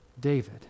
David